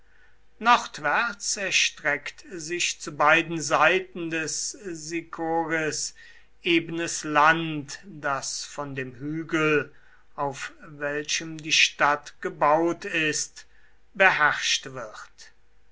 nordwärts erstreckt sich zu beiden seiten des sicoris ebenes land das von dem hügel auf welchem die stadt gebaut ist beherrscht wird